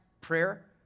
prayer